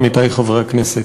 עמיתי חברי הכנסת,